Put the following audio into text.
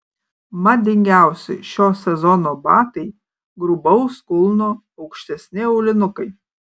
madingiausi šio sezono batai grubaus kulno aukštesni aulinukai